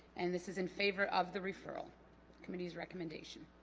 and this is in favor of the referral community's recommendation